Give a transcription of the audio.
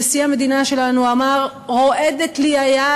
נשיא המדינה שלנו אמר: רועדת לי היד